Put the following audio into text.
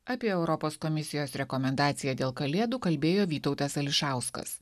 apie europos komisijos rekomendaciją dėl kalėdų kalbėjo vytautas ališauskas